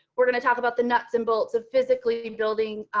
we're going to talk about the nuts and bolts of physically um building